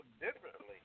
differently